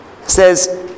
says